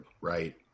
right